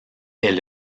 est